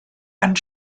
and